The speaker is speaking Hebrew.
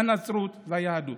הנצרות והיהדות.